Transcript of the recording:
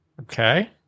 Okay